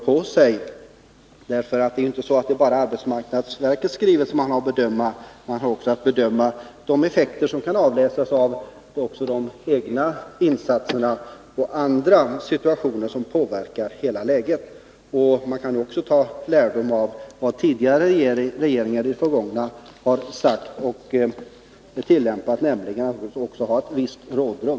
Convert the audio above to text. Det är inte bara arbetsmarknadsverkets skrivning som man har att bedöma utan man måste också beakta effekterna av de egna insatserna och av situationer som kan påverka läget. Tag lärdom av vad tidigare regeringar har sagt: Det behövs ett visst rådrum.